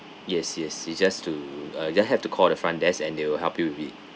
yes yes you just to uh just have to call the front desk and they will help you with it